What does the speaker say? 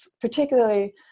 particularly